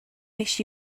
wish